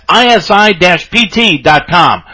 isi-pt.com